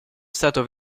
stato